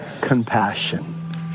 compassion